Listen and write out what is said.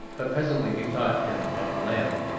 but presently bethought him of the lamp.